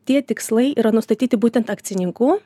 tie tikslai yra nustatyti būtent akcininkų